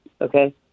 okay